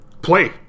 Play